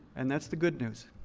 and that's the good news.